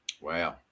Wow